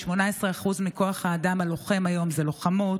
18% מכוח האדם הלוחם היום זה לוחמות,